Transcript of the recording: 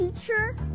teacher